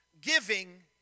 giving